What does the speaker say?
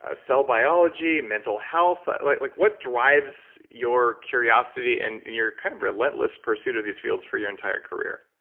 ah cell biology, mental health. like like what drives your curiosity and your kind of relentless pursuit of these fields for your entire career?